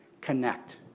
connect